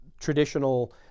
traditional